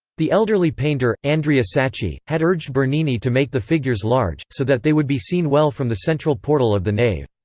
the elderly painter, andrea sacchi, had urged bernini to make the figures large, so that they would be seen well from the central portal of the nave.